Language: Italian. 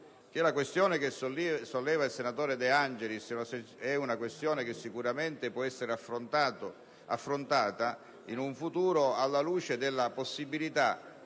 La questione che solleva il senatore De Angelis può essere sicuramente affrontata in futuro alla luce della possibilità